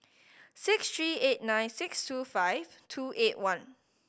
six three eight nine six two five two eight one